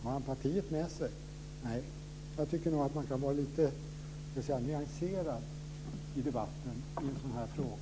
Har han partiet med sig? Jag tycker nog att man ska vara lite nyanserad i debatten i en sådan här fråga.